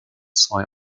zwei